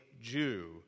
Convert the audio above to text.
Jew